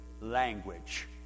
language